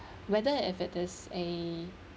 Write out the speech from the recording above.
whether if it is a